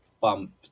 bump